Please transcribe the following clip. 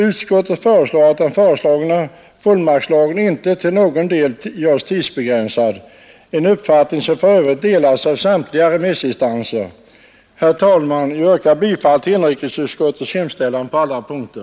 Utskottet föreslår att den föreslagna fullmaktslagen inte till någon del görs tidsbegränsad, en uppfattning som för övrigt delas av samtliga remissinstanser. Herr talman! Jag yrkar bifall till inrikesutskottets hemställan på alla punkter.